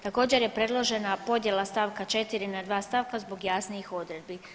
Također je predložena podjela st. 4. na 2 stavka zbog jasnijih odredbi.